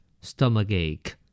Stomachache